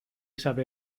sabe